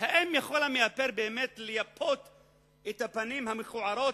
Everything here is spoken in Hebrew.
האם יכול המאפר באמת לייפות את הפנים המכוערות,